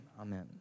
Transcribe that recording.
Amen